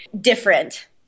different